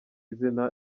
izina